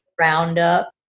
Roundup